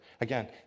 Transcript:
Again